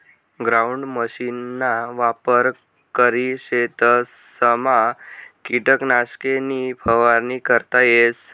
ground मशीनना वापर करी शेतसमा किटकनाशके नी फवारणी करता येस